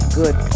good